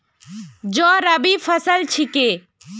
जौ रबी फसल छिके